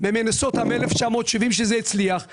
את מינסוטה מ-1970 כהוכחה לכם שזה הצליח.